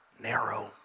narrow